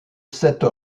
cette